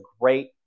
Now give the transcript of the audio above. great